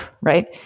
Right